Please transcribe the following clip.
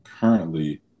Currently